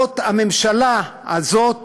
הממשלה הזאת